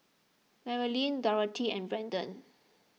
Marlyn Dorthy and Brandon